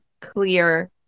clear